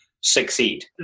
succeed